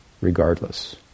regardless